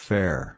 Fair